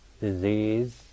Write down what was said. disease